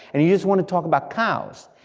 and you just wanna talk about cows?